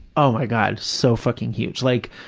oh, my god, so fucking huge. like,